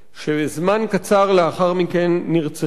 וזמן קצר לאחר מכן נרצחו.